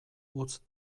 utz